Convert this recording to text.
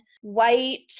white